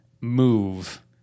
move